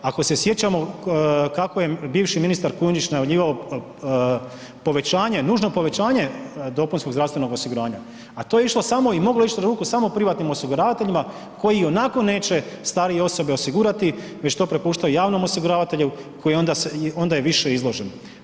Ako se sjećamo kako je bivši ministar Kujundžić najavljivao povećanje, nužno povećanje dopunskog zdravstvenog osiguranja, a to je išlo samo i moglo je ić na ruku samo privatnim osiguravateljima koji ionako neće starije osobe osigurati već to prepuštaju javnom osiguravatelju koji onda, onda je više izložen.